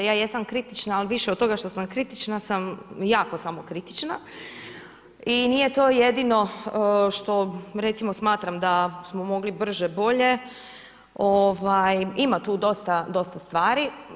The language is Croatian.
Ja jesam kritična, ali više od toga što sam kritična sam jako samokritična i nije to jedino što recimo smatram da smo mogli brže-bolje, imat tu dosta stvari.